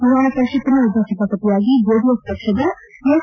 ವಿಧಾನಪರಿಷತ್ತಿನ ಉಪಸಭಾಪತಿಯಾಗಿ ಜೆಡಿಎಸ್ ಪಕ್ಷದ ಎಸ್